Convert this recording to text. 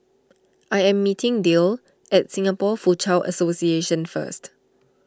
I am meeting Dale at Singapore Foochow Association first